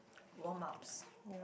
warm ups